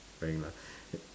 wearing lah